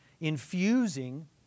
infusing